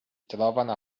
trovavano